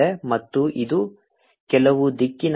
ಮತ್ತು ಇದು ಕೆಲವು ದಿಕ್ಕಿನಲ್ಲಿದೆ